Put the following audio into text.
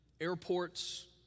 airports